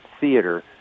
theater